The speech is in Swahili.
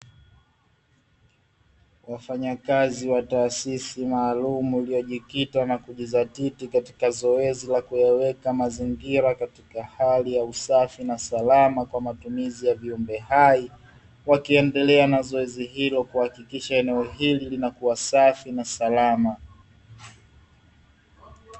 Wafanyakazi wa taasisi maalumu, iliyojikita na kujidhatiti katika zoezi la kuyaweka mazingira katika hali ya usafi na salama, kwa matumizi ya viumbe hai, wakiendelea na zoezi hilo kuhakikisha eneo hili linakua safi na salama.